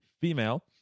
female